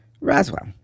Roswell